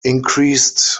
increased